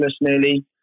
nearly